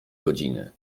godziny